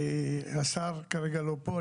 השר כרגע לא פה,